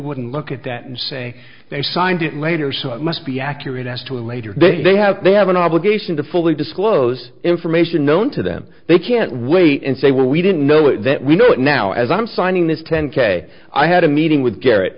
wouldn't look at that and say they signed it later so it must be accurate as to later they have they have an obligation to fully disclose information known to them they can't wait and say well we didn't know it that we know now as i'm signing this ten k i had a meeting with garrett